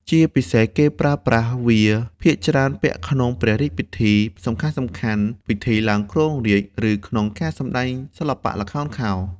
ជាពិសេសគេប្រើប្រាស់វាភាគច្រើនពាក់ក្នុងព្រះរាជពិធីសំខាន់ៗ ពិធីឡើងគ្រងរាជ្យ ឬក្នុងការសម្តែងសិល្បៈល្ខោនខោល។